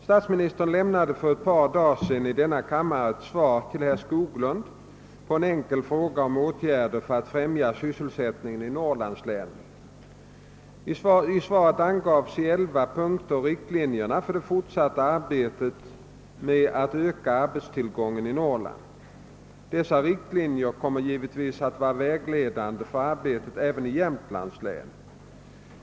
Statsministern lämnade för ett par dagar sedan i denna kammare ett svar till herr Skoglund på en enkel fråga om åtgärder för att främja sysselsättningen i norrlandslänen. I svaret angavs i elva punkter riktlinjerna för det fortsatta arbetet med att öka arbetstillgången i Norrland, Dessa riktlinjer kommer givetvis att vara vägledande för arbetet även i Jämtlands län.